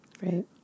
Right